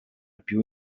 più